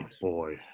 boy